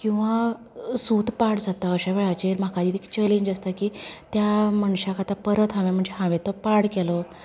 किंवां सूत पाड जाता अशे वेळाचेर म्हाकाय बी चॅलेंज आसता की त्या मनशाक आतां परत हांवे म्हणजे हांवे तो पाड केलो